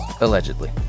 Allegedly